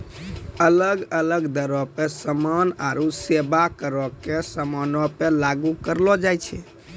अलग अलग दरो पे समान आरु सेबा करो के समानो पे लागू करलो जाय छै